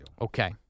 Okay